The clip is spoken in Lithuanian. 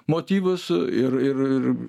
motyvus ir ir ir